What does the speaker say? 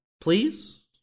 please